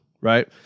right